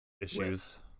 Issues